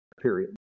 period